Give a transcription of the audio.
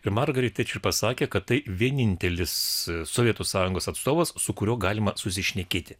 ir margaret tečer pasakė kad tai vienintelis sovietų sąjungos atstovas su kuriuo galima susišnekėti